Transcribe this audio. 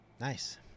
Nice